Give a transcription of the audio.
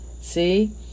see